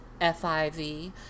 FIV